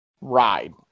ride